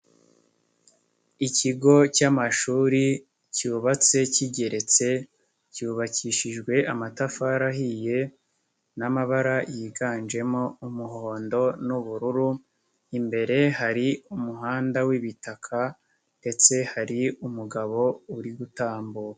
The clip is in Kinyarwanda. Ikigo cy'amashuri cyubatse kigeretse, cyubakishijwe amatafari ahiye n'amabara yiganjemo umuhondo n'ubururu, imbere hari umuhanda w'ibitaka ndetse hari umugabo uri gutambuka.